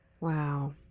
Wow